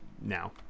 now